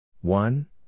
One